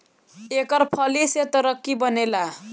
एकर फली से तरकारी बनेला